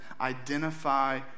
identify